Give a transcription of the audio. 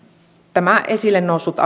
tämä esille noussut